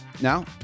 now